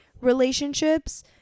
relationships